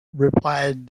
replied